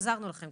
עזרנו לכם,